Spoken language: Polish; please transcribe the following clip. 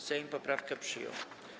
Sejm poprawkę przyjął.